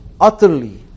utterly